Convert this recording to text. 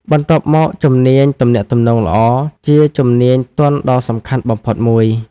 បន្ទាប់មកជំនាញទំនាក់ទំនងល្អ ជាជំនាញទន់ដ៏សំខាន់បំផុតមួយ។